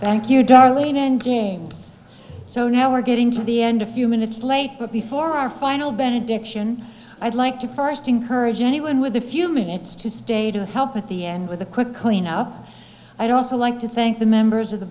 thank you darlene endgames so now we're getting to the end a few minutes late but before our final benediction i'd like to first encourage anyone with a few minutes to stay to help with the end with a quick cleanup i don't like to thank the members of the